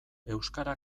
euskara